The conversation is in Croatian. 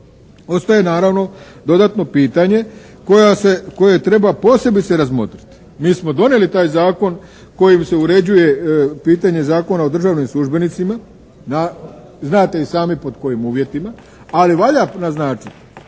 Ostaje naravno dodatno pitanje koje treba posebice razmotriti. Mi smo donijeli taj zakon kojim se uređuje pitanje Zakona o državnim službenicima, znate i sami pod kojim uvjetima, ali valja naznačiti